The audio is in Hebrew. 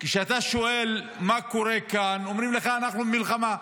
כשאתה שואל מה קורה כאן, אומרים לך: אנחנו במלחמה,